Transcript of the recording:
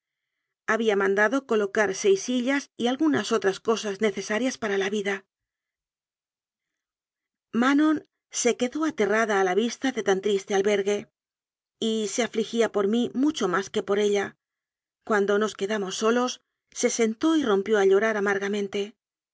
había mandado colocar seis sillas y algunas otras cosas necesarias para la vida manon se quedó aterrada a la vista de tan triste albergue y se afligía por mí mucho más que por ella cuando nos quedamos solos se sentó y rom pió a llorar amargamente